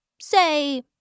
Say